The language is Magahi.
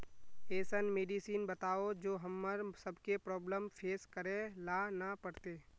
ऐसन मेडिसिन बताओ जो हम्मर सबके प्रॉब्लम फेस करे ला ना पड़ते?